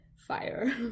fire